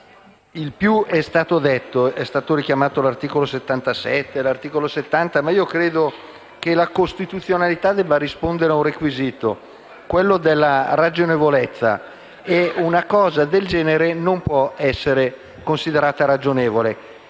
il più è stato detto. È stato richiamato l'articolo 77, l'articolo 70, ma credo che la costituzionalità debba rispondere ad un requisito, quello della ragionevolezza e una cosa del genere non può essere considerata ragionevole.